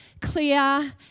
clear